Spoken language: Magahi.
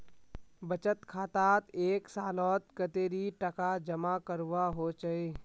बचत खातात एक सालोत कतेरी टका जमा करवा होचए?